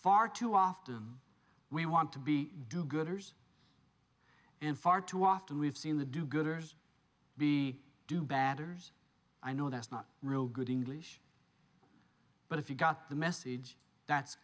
far too often we want to be do gooders in far too often we've seen the do gooders we do batters i know that's not real good english but if you got the message that's